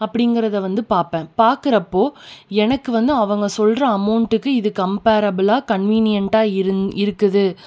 அப்படிங்கிறத வந்து பார்ப்பேன் பார்க்குறப்போ எனக்கு வந்து அவங்க சொல்கிற அமௌண்ட்டுக்கு இது கம்ப்பேரபிலாக கன்வீனியட்டாக இருந் இருக்குது